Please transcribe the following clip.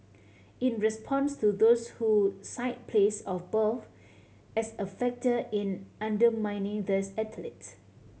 in response to those who cite place of birth as a factor in undermining these athletes